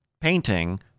painting